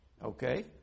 Okay